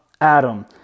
Adam